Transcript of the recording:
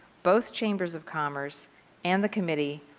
both chambers of commerce and the committee,